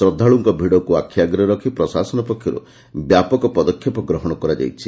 ଶ୍ରଦ୍ଧାଳୁଙ୍କ ଭିଡ଼କୁ ଆଖ୍ଆଗରେ ରଖ୍ ପ୍ରଶାସନ ପକ୍ଷରୁ ବ୍ୟାପକ ପଦକ୍ଷେପ ଗ୍ରହଣ କରାଯାଇଛି